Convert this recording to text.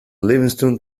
livingston